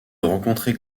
rencontrer